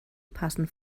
passen